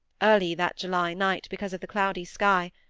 early that july night because of the cloudy sky,